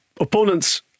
opponents